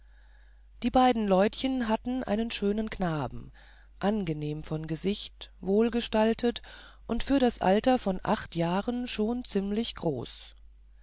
die beiden leutchen hatten einen schönen knaben angenehm von gesicht wohlgestaltet und für das alter von acht jahren schon ziemlich groß